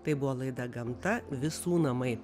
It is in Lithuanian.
tai buvo laida gamta visų namai